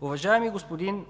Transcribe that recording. Уважаеми господин